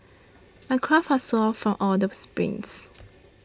my calves are sore from all the sprints